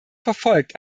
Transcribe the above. verfolgt